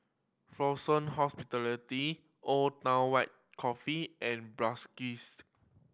Fraser Hospitality Old Town White Coffee and